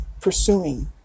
pursuing